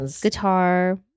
guitar